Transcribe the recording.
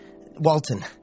Walton